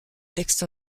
textes